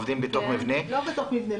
עובדים בתוך מבנה --- לא בתוך מבנה.